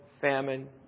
famine